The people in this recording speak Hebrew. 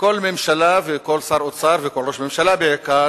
וכל ממשלה וכל שר אוצר וכל ראש ממשלה בעיקר,